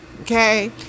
Okay